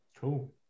Cool